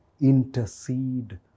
intercede